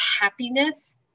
happiness